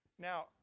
Now